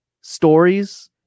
stories